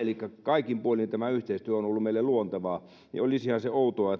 elikkä kun kaikin puolin tämä yhteistyö on ollut meille luontevaa niin olisihan se outoa